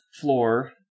floor